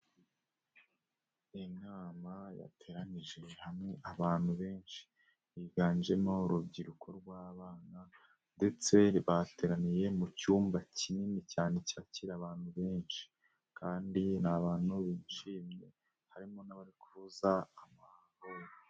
Inama yateranije hamwe abantu benshi higanjemo urubyiruko rw'abana ndetse bateraniye mu cyumba kinini cyane cyakira abantu benshi kandi ni abantu bishimye harimo n'abari kuvuza amahoro.